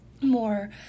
more